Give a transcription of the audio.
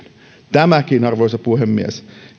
tämäkin arvoisa puhemies